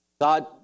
God